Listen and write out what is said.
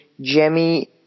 Jemmy